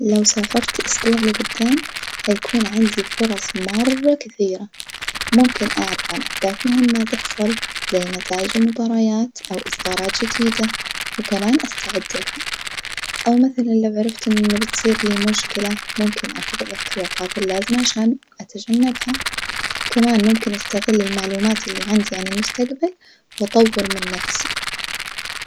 لو سافرت أسبوع لجدام هيكون عندي فرص مرة كثيرة، ممكن أعرف عن أحداث مهمة تحصل زي نتايج المباريات أو إصدارات جديدة وكمان أستعد لها، أو مثلا لوعرفت إن بتصير لي مشكلة ممكن آخد الاحتياطات اللازمة عشان أتجنبها، كمان ممكن أستغل المعلومات العندي عن المستجبل وأطور من نفسي.